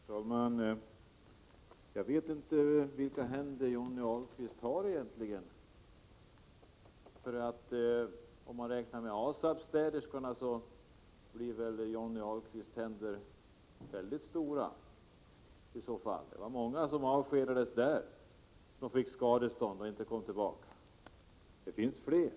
Herr talman! Jag vet inte hur Johnny Ahlqvists händer ser ut egentligen. Om man räknar med ASAB-städerskorna måste Johnny Ahlqvists händer vara mycket stora — där var det många som avskedades och fick skadestånd och inte kom tillbaka. Det finns också fler.